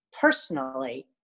Personally